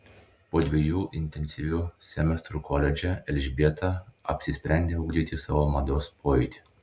po dviejų intensyvių semestrų koledže elžbieta apsisprendė ugdyti savo mados pojūtį